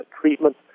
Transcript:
treatment